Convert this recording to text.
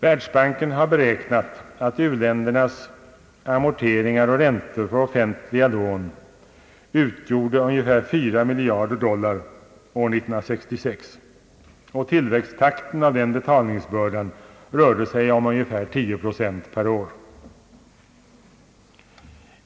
Världsbanken har beräknat att u-ländernas amorteringar och räntor för offentliga lån utgjorde ungefär 4 miljarder dollar år 1966. Tillväxttakten av betalningsbördan rörde sig om cirka 10 procent per år.